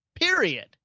period